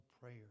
prayer